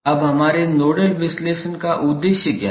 अब हमारे नोडल विश्लेषण का उद्देश्य क्या है